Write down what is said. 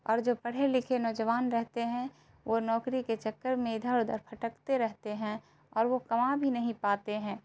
اور جو پڑھے لکھے نوجوان رہتے ہیں وہ نوکری کے چکر میں ادھر ادھر بھٹکتے رہتے ہیں اور وہ کما بھی نہیں پاتے ہیں